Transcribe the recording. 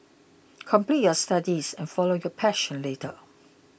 complete your studies and follow your passion later